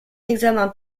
examen